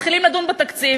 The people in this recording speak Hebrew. מתחילים לדון בתקציב,